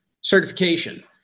certification